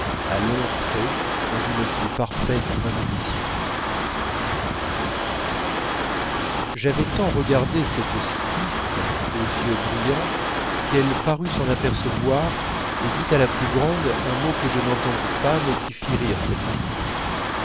à longs traits dans une plus parfaite imbibition j'avais tant regardé cette cycliste aux yeux brillants qu'elle parut s'en apercevoir et dit à la plus grande un mot que je n'entendis pas mais qui fit rire celle-ci